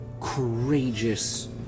courageous